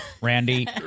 Randy